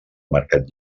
mercat